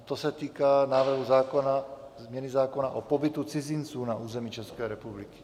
To se týká návrhu zákona, změny zákona, o pobytu cizinců na území České republiky.